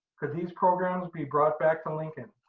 could these programs be brought back to lincoln?